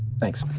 thanks.